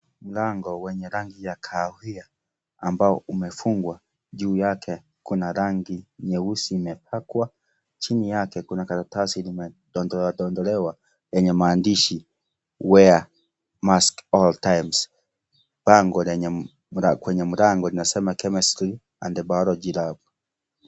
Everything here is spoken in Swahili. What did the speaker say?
Mlango wenye rangi ya kahawia, ambao umefungwa juu yake kuna rangi nyeusi imepakwa, chini yake kuna karatasi limedondolewandondolewa yenye maandishi wear mask all times , bango lenye kwenye mlango linasema chemistry and biology lab .